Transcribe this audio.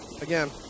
again